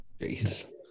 Jesus